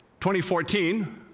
2014